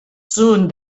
soon